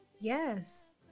yes